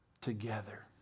together